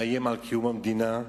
מאיים על קיום המדינה,